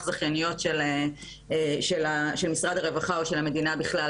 זכייניות של משרד הרווחה או של המדינה בכלל,